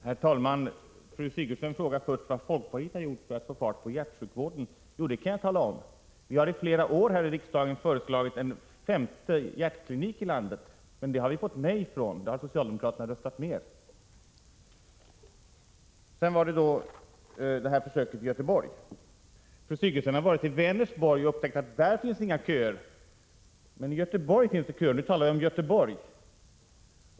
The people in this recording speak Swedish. Herr talman! Fru Sigurdsen frågade först vad folkpartiet har gjort för att få fart på hjärtsjukvården. Jo, det kan jag tala om — vi har i flera år här i riksdagen föreslagit en femte hjärtklinik i landet, men det förslaget har socialdemokraterna röstat ned. Så till det föreslagna försöket i Göteborg. Fru Sigurdsen har varit i Vänersborg och upptäckt att det där inte finns några köer. Men i Göteborg finns det köer, och nu talar vi om Göteborg.